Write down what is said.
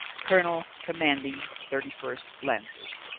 colonel commanding thirty first lancers.